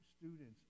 students